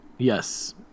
Yes